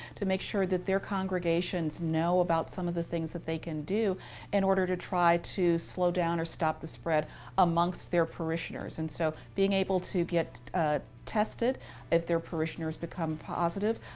to make sure that their congregations know about some of the things that they can do in order to try to slow down or stop the spread amongst their parishioners. and so being able to get tested if their parishioners become positive,